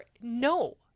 no